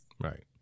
Right